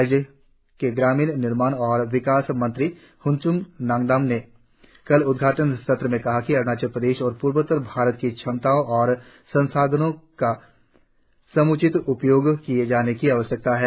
राज्य के ग्रामीण निर्माण और विकास मंत्री होनच्न नंदम ने कल उद्घाटन सत्र में कहा कि अरुणाचल प्रदेश और पूर्वोत्तर भारत की क्षमता और संसाधनों का समुचित उपयोग किए जाने की आवश्यकता है